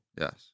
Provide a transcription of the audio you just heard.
Yes